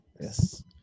Yes